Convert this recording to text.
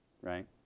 right